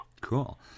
Cool